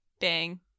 bang